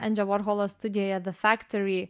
endžio vorholo studijoje the factory